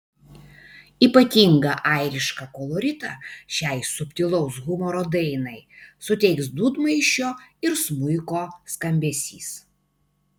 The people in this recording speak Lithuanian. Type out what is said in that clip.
ypatingą airišką koloritą šiai subtilaus humoro dainai suteiks dūdmaišio ir smuiko skambesys